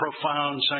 profound